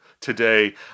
today